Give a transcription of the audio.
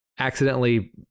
Accidentally